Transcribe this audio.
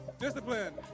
Discipline